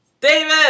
David